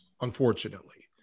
unfortunately